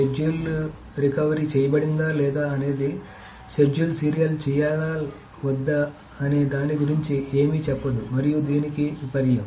schedule recovery చేయబడిందా లేదా అనేది షెడ్యూల్ సీరియల్ చేయాలా వద్దా అనే దాని గురించి ఏమీ చెప్పదు మరియు దీనికి విపర్యం